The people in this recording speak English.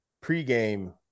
Pre-game